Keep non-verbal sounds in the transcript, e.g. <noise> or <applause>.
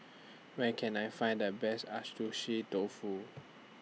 <noise> Where Can I Find The Best <unintelligible> Dofu